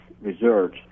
research